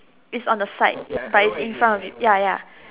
it's on the side but it's in front of it ya ya